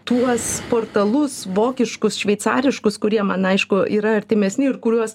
tuos portalus vokiškus šveicariškus kurie man aišku yra artimesni ir kuriuos